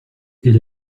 elle